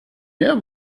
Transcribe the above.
meer